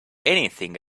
anything